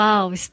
Wow